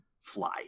fly